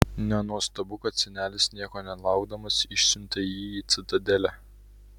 nenuostabu kad senelis nieko nelaukdamas išsiuntė jį į citadelę